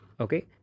okay